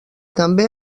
també